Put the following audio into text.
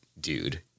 dude